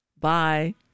Bye